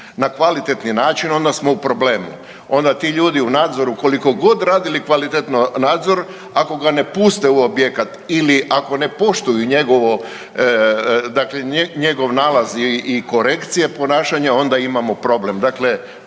na kvalitetni način onda smo u problemu, onda ti ljudi u nadzoru koliko god radili kvalitetno nadzor ako ga ne puste u objekat ili ako ne poštuju njegovo, dakle njegov nalaz i korekcije ponašanja onda imamo problem.